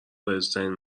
رایجترین